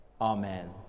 Amen